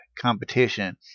competition